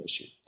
issue